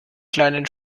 kleinen